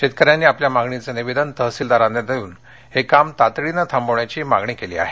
शेतकऱ्यांनी आपल्या मागणीचं निवेदन तहसीलदारांना देऊन हे काम तातडीनं थांबवण्याची मागणी केली आहे